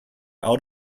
out